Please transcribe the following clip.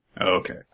Okay